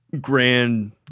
grand